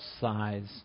size